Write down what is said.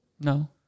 No